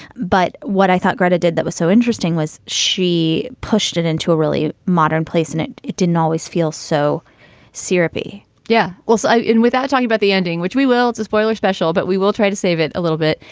but what i thought gretta did that was so interesting was she pushed it into a really modern place in it. it didn't always feel so syrupy yeah, well, so without talking about the ending, which we will as a spoiler special, but we will try to save it a little bit.